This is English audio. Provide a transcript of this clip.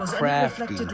crafty